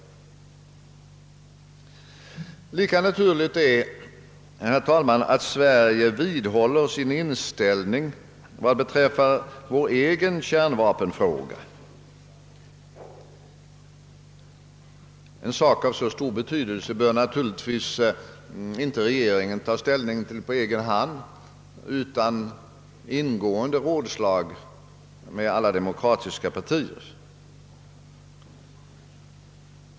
Lika naturligt är det, herr talman, att Sverige vidhåller sin inställning i den egna kärnvapenfrågan. En sak av så stor betydelse bör naturligtvis inte regeringen ta ställning till på egen hand utan ingående rådslag med alla demokatiska partier.